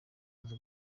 aza